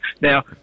Now